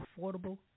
affordable